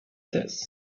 his